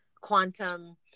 Quantum